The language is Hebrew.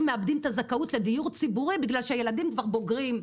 מאבדים את הזכאות לדיור ציבורי בגלל שילדים כבר בוגרים.